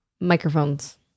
microphones